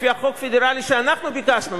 לפי החוק הפדרלי שאנחנו ביקשנו,